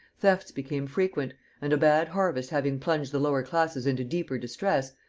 thefts became frequent and a bad harvest having plunged the lower classes into deeper distress,